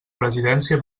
presidència